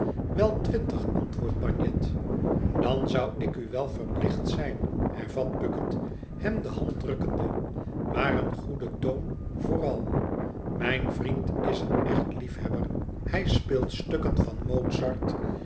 wel twintig antwoordt bagnet dan zou ik u wel verplicht zijn hervat bucket hem de hand drukkende maar een goeden toon vooral mijn vriend is een echt liefhebber hij speelt stukken van mozart